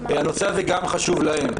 הנושא הזה חשוב גם להם.